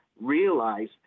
realize